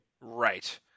Right